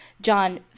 John